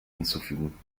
hinzufügen